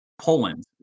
Poland